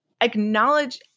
acknowledge